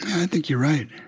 i think you're right.